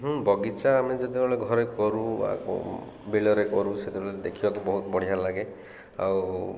ହୁଁ ବଗିଚା ଆମେ ଯେତେବେଳେ ଘରେ କରୁ ବିଲରେ କରୁ ସେତେବେଳେ ଦେଖିବାକୁ ବହୁତ ବଢ଼ିଆ ଲାଗେ ଆଉ